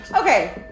Okay